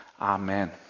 Amen